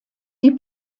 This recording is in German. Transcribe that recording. die